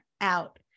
Out